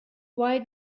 why